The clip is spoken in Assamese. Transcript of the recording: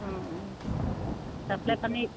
অঁ অঁ চাপ্লাই পানী